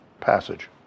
passage